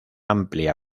amplia